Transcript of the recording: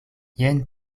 jen